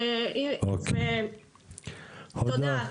תודה.